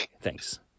Thanks